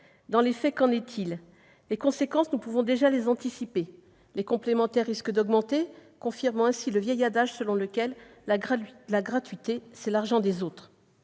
Dans les faits, qu'en est-il ? Les conséquences, nous pouvons déjà les anticiper : les tarifs des complémentaires risquent d'augmenter, confirmant le vieil adage selon lequel « la gratuité, c'est l'argent des autres ».